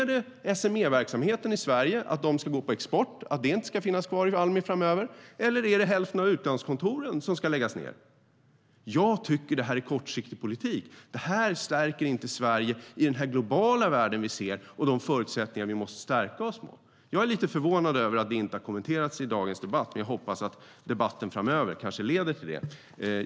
Är det SME-verksamheten i Sverige som inte ska finnas kvar, eller är det hälften av utlandskontoren som ska läggas ned? Jag tycker att detta är kortsiktig politik. Det stärker inte Sverige i den globala värld vi ser, med de förutsättningar vi måste stärka oss inför. Jag är förvånad över att detta inte har kommenterats i dagens debatt, och jag hoppas att det kan ske i debatten framöver.